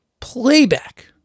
playback